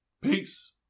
Peace